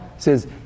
says